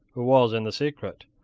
who was in the secret,